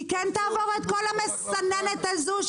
היא כן תעבור את כל המסננת הזו,